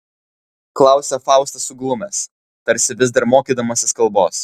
klausia faustas suglumęs tarsi vis dar mokydamasis kalbos